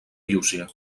llúcia